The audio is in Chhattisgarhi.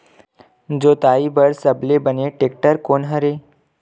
जोताई बर सबले बने टेक्टर कोन हरे?